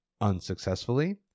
unsuccessfully